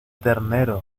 ternero